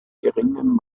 geringem